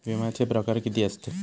विमाचे प्रकार किती असतत?